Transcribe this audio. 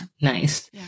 Nice